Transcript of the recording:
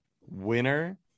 winner